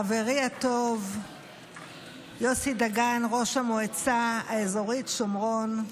חברי הטוב יוסי דגן, ראש המועצה האזורית שומרון,